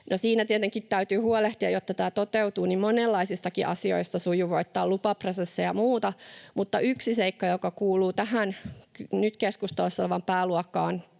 Siinä tietenkin täytyy huolehtia, jotta tämä toteutuu, monenlaisistakin asioista, sujuvoittaa lupaprosesseja ja muuta, mutta yksi seikka, joka kuuluu tähän nyt keskustelussa olevaan pääluokkaan